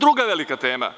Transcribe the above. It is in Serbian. Druga velika tema,